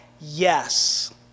Yes